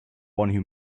who